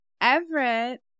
Everett